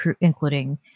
including